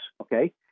Okay